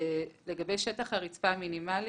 לגבי שטח הרצפה המינימלי.